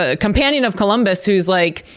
ah companion of columbus who's like,